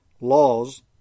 laws